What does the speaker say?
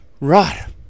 right